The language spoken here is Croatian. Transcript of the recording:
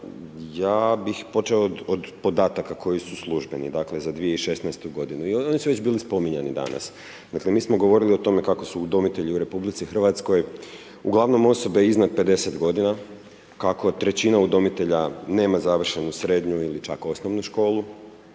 Ja bih počeo od podataka koji su službeni, dakle za 2016. godinu. Oni su već bili spominjani danas. Dakle, mi smo govorili o tome kako su udomitelji u RH uglavnom osobe iznad 50 godina, kako trećina udomitelja nema završenu srednju ili čak osnovnu školu.